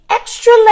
Extra